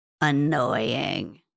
annoying